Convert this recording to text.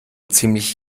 ziemlich